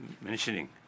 mentioning